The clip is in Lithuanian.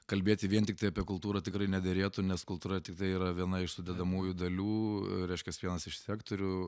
kalbėti vien tiktai apie kultūrą tikrai nederėtų nes kultūra tiktai yra viena iš sudedamųjų dalių reiškias vienas iš sektorių